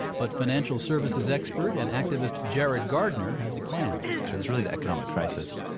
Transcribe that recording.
but financial services expert and activist jared gardner has a plan it was really the economic crisis,